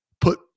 Put